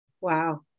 Wow